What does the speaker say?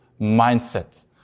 mindset